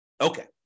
Okay